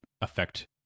affect